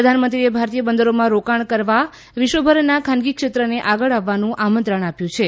પ્રધાનમંત્રીએ ભારતીય બંદરોમાં રોકાણ કરવા વિશ્વભરના ખાનગી ક્ષેત્રને આગળ આવવાનું આમંત્રણ આપ્યું છે